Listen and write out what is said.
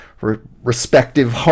respective